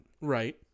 Right